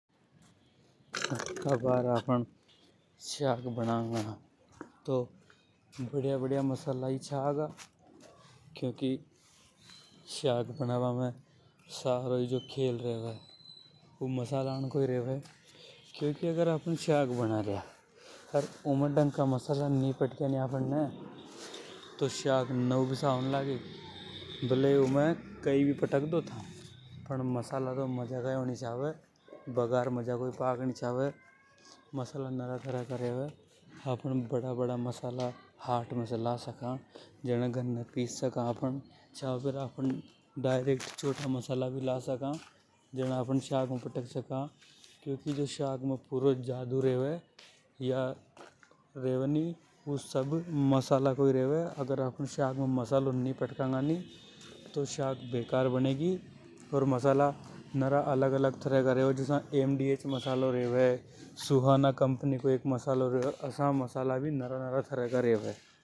अभार आफ़न साग बनांगा तो बढ़िया बढ़िया मसाला ही चांगा। क्योंकि साग बनाना में सारों ई जो खेल रेवे ऊ मसाला को ही रेवे। क्योंकि अगर आफ़न शाग़ बना रिया अर उमें ढका मसाला नि पाठकीय तो शाग़ नव भी साव नि लगेगी। बलिए उमे कई भी पटक दो था पण मसाला तो मजाका ही होनी छावे। बगार मजाकों पाक नि चावे। छाव फेर आफ़न डायरेक्ट छोटा मसाला भी ला सका जाने आफ़न साग में पटक सका। अगर आफ़न शाग़ में मसालों नि पट का गा तो साग साव नि बनेगी । मसाला नरा तरह का रेवे जसा ऍम डी एच् रेवे सुहाना कंपनी को मसाला रेवे।